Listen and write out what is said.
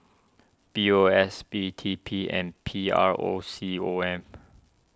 P O S B T P and P R O C O M